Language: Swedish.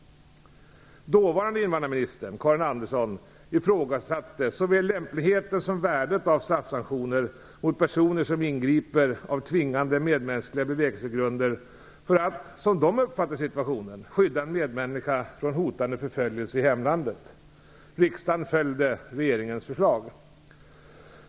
Dåvarande invandrarministern Karin Andersson ifrågasatte såväl lämpligheten som värdet av straffsanktioner mot personer som ingriper på tvingande medmänskliga bevekelsegrunder för att, som de uppfattar situationen, skydda en medmänniska från hotande förföljelse i hemlandet. Riksdagen följde regeringens förslag.